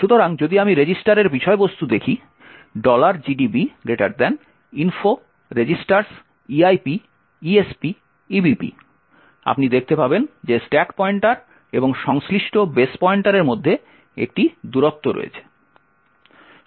সুতরাং যদি আমি রেজিস্টারের বিষয়বস্তু দেখি gdb info registers eip esp ebp আপনি দেখতে পাবেন যে স্ট্যাক পয়েন্টার এবং সংশ্লিষ্ট বেস পয়েন্টারের মধ্যে একটি দূরত্ব রয়েছে